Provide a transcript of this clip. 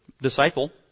Disciple